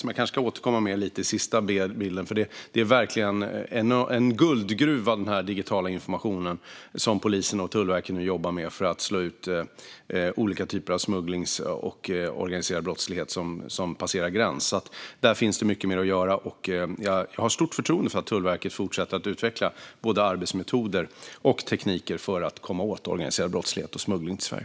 Den digitala information som polisen och Tullverket nu jobbar med är verkligen en guldgruva för att slå ut olika typer av smuggling och organiserad brottslighet som passerar gräns. Där finns det mycket mer att göra. Jag har stort förtroende för att Tullverket fortsätter att utveckla både arbetsmetoder och tekniker för att komma åt organiserad brottslighet och smuggling till Sverige.